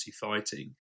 fighting